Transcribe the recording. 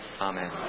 Amen